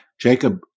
Jacob